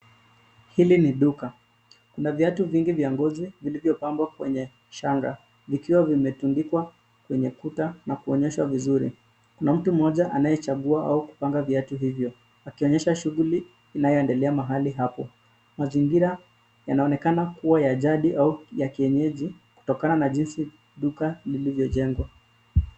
Hili ni duka. Kuna viatu vingi vya ngozi vilivyopambwa kwenye shanga zikiwa zimetundikwa kwenye ukuta na kuonyeshwa vizuri. Kuna mtu mmoja anayechangua au kupanga viatu hivyo akionyesha shughuli inayoedelea mahali hapo. Mazingira yanaonekana kuwa ya jadi au ya kienyeji kutokana na jinsi duka lilivyojengwa.